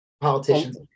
politicians